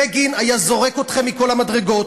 בגין היה זורק אתכם מכל המדרגות,